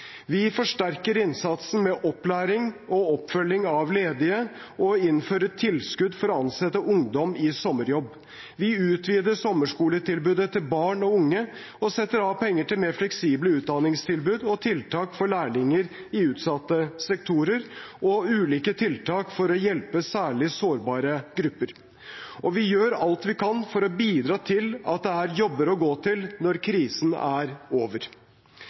Vi forsterker innsatsen med opplæring og oppfølging av ledige og innfører tilskudd for å ansette ungdom i sommerjobb. Vi utvider sommerskoletilbudet til barn og unge og setter av penger til mer fleksible utdanningstilbud og tiltak for lærlinger i utsatte sektorer og ulike tiltak for å hjelpe særlig sårbare grupper. Vi gjør alt vi kan for å bidra til at det er jobber å gå til når krisen er over.